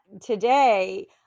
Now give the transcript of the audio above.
today